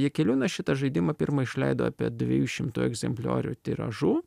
jakeliūnas šitą žaidimą pirmą išleido apie dviejų šimtų egzempliorių tiražu